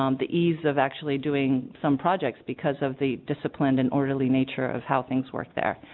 um the ease of actually doing some projects because of the disciplined in orderly nature of how things work there